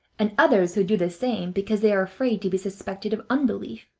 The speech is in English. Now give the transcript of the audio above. and others who do the same because they are afraid to be suspected of unbelief.